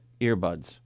Earbuds